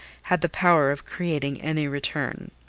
had the power of creating any return.